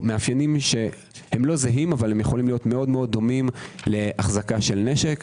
מאפיינים שלא זהים אך יכולים להיות דומים מאוד להחזקת נשק,